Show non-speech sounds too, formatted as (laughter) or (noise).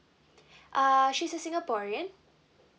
(breath) uh she's a singaporean